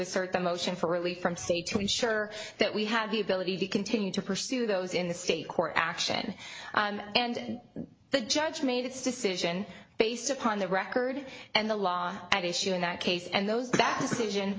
assert the motion for relief from state to ensure that we have the ability to continue to pursue those in the state court action and the judge made its decision based upon the record and the law that is sure in that case and those that